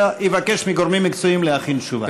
אלא יבקש מגורמים המקצועיים להכין תשובה.